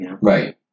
Right